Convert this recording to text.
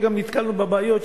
וגם נתקלנו בבעיות,